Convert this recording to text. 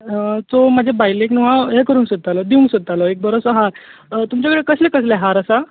so म्हज्या बायलेक न्हू हांव हें करूंक सोदतालो दिवूंक सोदतालो एक बरो सो हार तुमच्या कडेन कसले कसले हार आसा